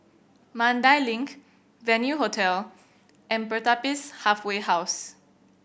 Mandai Link Venue Hotel and Pertapis Halfway House